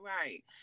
right